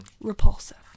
repulsive